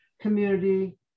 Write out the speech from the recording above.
community